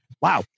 Wow